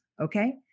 Okay